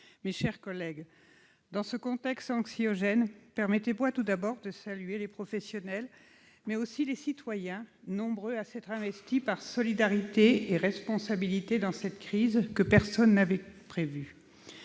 mes chers collègues, dans ce contexte anxiogène, permettez-moi tout d'abord de saluer les professionnels, mais aussi les citoyens, nombreux à s'être investis par solidarité et responsabilité dans cette crise que personne n'avait prévue.